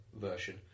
version